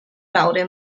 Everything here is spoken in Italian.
laurea